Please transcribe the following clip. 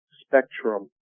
spectrum